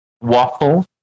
waffle